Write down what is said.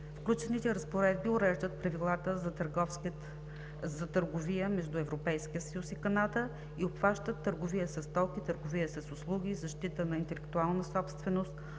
Включените разпоредби уреждат правилата за търговия между Европейския съюз и Канада и обхващат търговия със стоки, търговия с услуги, защита на интелектуалната собственост,